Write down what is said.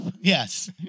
Yes